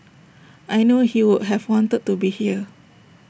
I know he would have wanted to be here